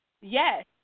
Yes